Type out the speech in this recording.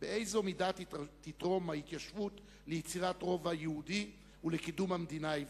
באיזו מידה תתרום ההתיישבות ליצירת רוב יהודי ולקידום המדינה העברית.